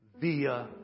via